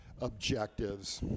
objectives